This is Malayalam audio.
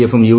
എഫും യു